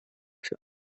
für